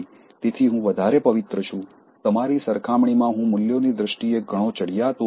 તેથી હું વધારે પવિત્ર છું તમારી સરખામણીમાં હું મૂલ્યોની દ્રષ્ટિએ ઘણો ચડિયાતો છું